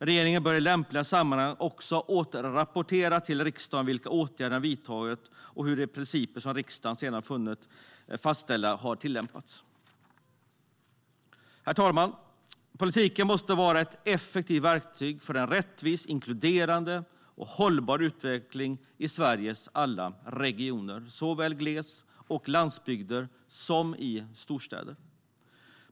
Regeringen bör i lämpliga sammanhang också återrapportera till riksdagen vilka åtgärder man vidtagit och hur de principer som riksdagen fastställt har tillämpats. Herr talman! Politiken måste vara ett effektivt verktyg för en rättvis, inkluderande och hållbar utveckling i Sveriges alla regioner, såväl i gles och landsbygder som i storstäder.